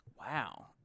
Wow